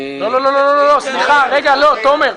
לא, סליחה, תומר.